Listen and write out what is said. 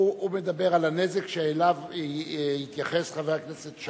הוא מדבר על הנזק שאליו התייחס חבר הכנסת שי.